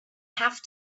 have